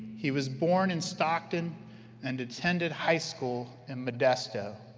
he was born in stockton and attended high school in modesto.